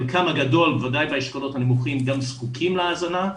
חלקם הגדול בוודאי באשכולות הנמוכים גם זקוקים להזנה,